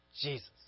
Jesus